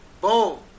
Boom